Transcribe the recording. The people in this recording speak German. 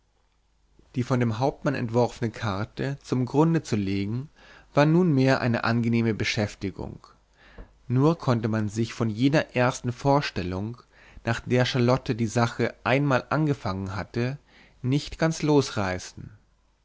die von dem hauptmann entworfene karte zum grunde zu legen war nunmehr eine angenehme beschäftigung nur konnte man sich von jener ersten vorstellung nach der charlotte die sache einmal angefangen hatte nicht ganz losreißen